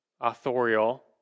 authorial